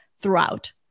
throughout